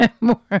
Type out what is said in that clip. More